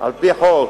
על-פי חוק,